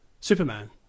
Superman